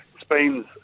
Spain's